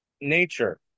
nature